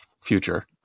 future